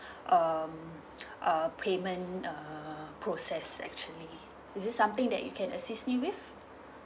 um uh payment uh process actually is it something that you can assist me with